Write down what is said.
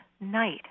night